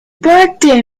birthday